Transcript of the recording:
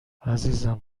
عزیزم